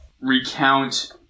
recount